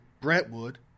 Brentwood